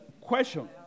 Question